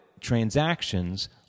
transactions